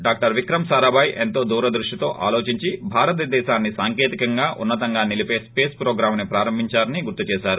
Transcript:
doctor Vikram Sarabhai ఎంతో దూర దృష్టితో ఆలోచించి భారత దేశాన్ని సాంకేతికంగా ఉన్నతంగా నిలిపే స్పేస్ హ్రోగ్రాంని ప్రారంభించారని గుర్తు చేశారు